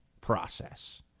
process